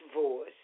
voice